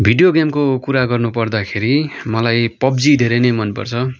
video गेमको कुरा गर्नु पर्दाखेरि मलाई पब्जी धेरै नै मन पर्छ